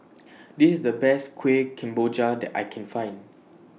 This IS The Best Kueh Kemboja that I Can Find